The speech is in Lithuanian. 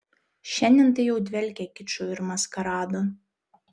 šiandien tai jau dvelkia kiču ir maskaradu